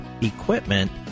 equipment